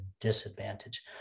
disadvantage